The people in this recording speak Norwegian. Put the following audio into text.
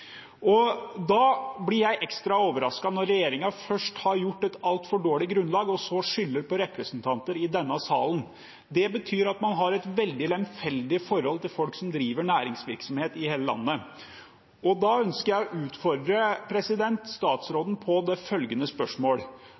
blir ekstra overrasket når regjeringen først har lagt et altfor dårlig grunnlag og så skylder på representanter i denne sal. Det betyr at man har et veldig lemfeldig forhold til folk som driver næringsvirksomhet i landet. Jeg ønsker å utfordre statsråden med følgende spørsmål: